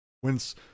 Whence